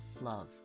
Love